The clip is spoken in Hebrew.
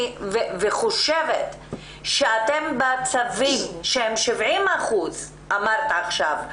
אני חושבת שבצווים שהם ב-70% בהסכמה כפי שאמרת,